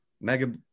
Mega